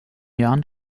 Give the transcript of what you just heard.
jahren